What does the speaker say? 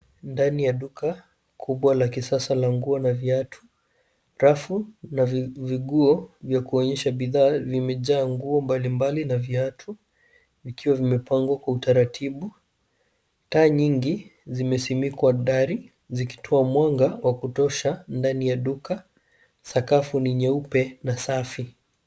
Ndani ya duka kubwa la kisasa la nguo na viatu. Rafu na viguo vya kuonyesha bidhaa zimejaa nguo mbalimbali na viatu vikiwa vimepangwa kwa utaratibu. Taa nyingi zimesinikwa dari zikitoa mwanga wa kutosha ndani ya duka. Sakafu ni nyeupe na safi.